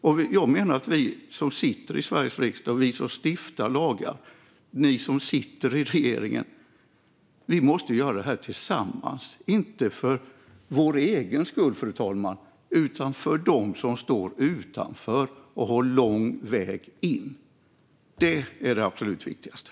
Och jag menar att vi som sitter i Sveriges riksdag, vi som stiftar lagar, och ni som sitter i regeringen måste göra det här tillsammans - inte för vår egen skull, fru talman, utan för dem som står utanför och har lång väg in. Det är det absolut viktigaste.